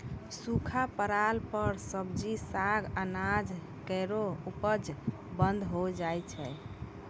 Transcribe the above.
सूखा परला पर सब्जी, साग, अनाज केरो उपज बंद होय जाय छै